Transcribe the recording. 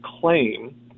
claim